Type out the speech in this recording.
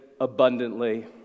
abundantly